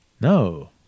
No